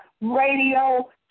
radio